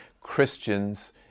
Christians